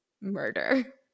murder